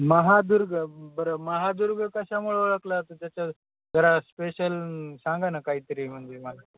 महादुर्ग बरं महादुर्ग कशामुळे ओळखलं जाते त्याच्या जरा स्पेशल सांगा ना काहीतरी म्हणजे मला